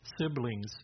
siblings